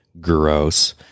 Gross